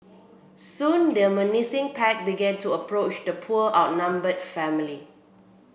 soon the menacing pack began to approach the poor outnumbered family